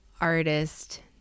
artist